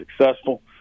successful